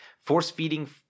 force-feeding